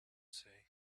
say